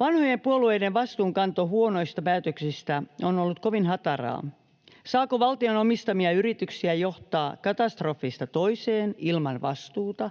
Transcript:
Vanhojen puolueiden vastuunkanto huonoista päätöksistä on ollut kovin hataraa. Saako valtion omistamia yrityksiä johtaa katastrofista toiseen ilman vastuuta?